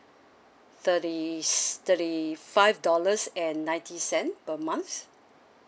thirty s~ thirty five dollars and ninety cent per month